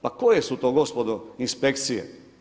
Pa koje su to gospodo inspekcije?